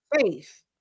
faith